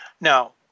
Now